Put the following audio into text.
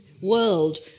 world